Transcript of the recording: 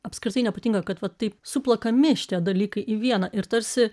apskritai nepatinka kad va taip suplakami šitie dalykai į vieną ir tarsi